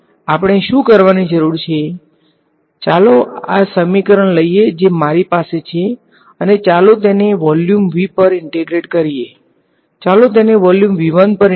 તેથી તે ઈન્ટેગ્રલ નો પરિચય આપવા માટે આપણે શું કરવાની જરૂર છે ચાલો આ સમીકરણ લઈએ જે મારી પાસે છે અને ચાલો તેને વોલ્યુમ V પર ઈન્ટેગ્રેટ કરીએ ચાલો ચાલો તેને વોલ્યુમ પર ઈન્ટેગ્રેટ કરીએ